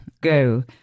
go